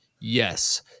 yes